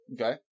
Okay